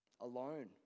alone